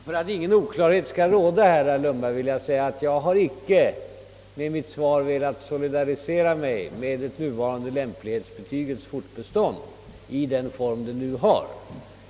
Herr talman! För att ingen oklarhet skall råda, herr Lundberg, vill jag framhålla att vad jag sagt i mitt svar inte betyder, att jag anser att det nuvarande lämplighetsintyget bör fortbestå i den form det har.